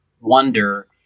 wonder